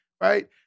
right